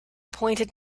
pointed